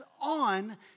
on